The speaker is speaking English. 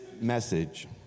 message